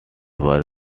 work